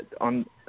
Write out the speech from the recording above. on